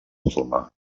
musulmà